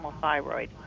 thyroid